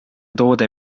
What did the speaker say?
toode